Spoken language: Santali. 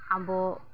ᱟᱵᱚ